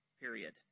Period